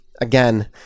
Again